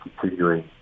continuing